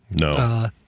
No